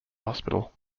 hospital